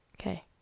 Okay